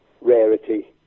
rarity